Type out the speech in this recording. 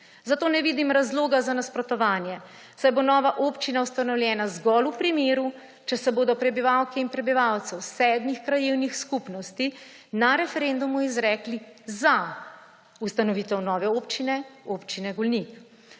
Zato ne vidim razloga za nasprotovanje, saj bo nova občina ustanovljena zgolj v primeru, če se bodo prebivalke in prebivalci sedmih krajevnih skupnosti na referendumu izrekli za ustanovitev nove občine – Občine Golnik.